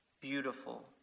beautiful